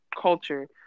culture